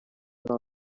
nom